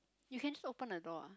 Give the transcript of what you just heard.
you can just open the door ah